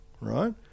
right